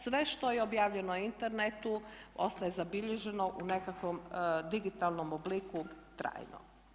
Sve što je objavljeno na internetu ostaje zabilježeno u nekakvom digitalnom obliku trajno.